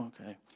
okay